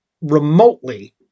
remotely